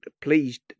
pleased